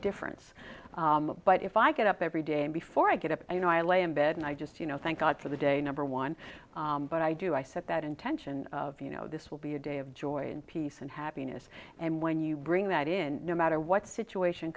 difference but if i get up every day and before i get up you know i lay in bed and i just you know thank god for the day number one but i do i said that intention of you know this will be a day of joy and peace and happiness and when you bring that in no matter what situation